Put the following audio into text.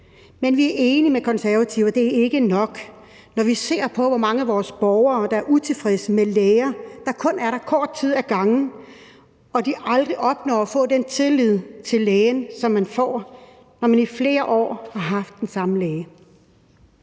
Men vi er enige med Konservative i, at det ikke er nok, når vi ser på, hvor mange af vores borgere der er utilfredse med læger, der kun er der kort tid ad gangen, og med, at de aldrig opnår at få den tillid til lægen, som man får, når man i flere år har haft den samme læge.